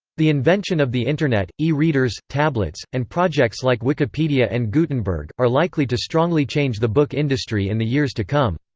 the invention of the internet, e-readers, tablets, and projects like wikipedia and gutenberg, are likely to strongly change the book industry in the years to come.